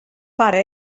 pare